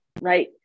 right